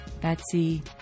Betsy